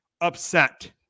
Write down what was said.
upset